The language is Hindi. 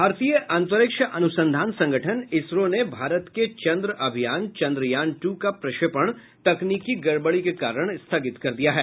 भारतीय अंतरिक्ष अनुसंधान संगठन इसरो ने भारत के चन्द्र अभियान चन्द्रयान टू का प्रक्षेपण तकनीकी गड़बड़ी के कारण स्थगित कर दिया है